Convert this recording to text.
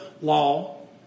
law